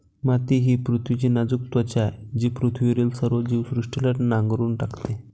माती ही पृथ्वीची नाजूक त्वचा आहे जी पृथ्वीवरील सर्व जीवसृष्टीला नांगरून टाकते